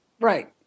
Right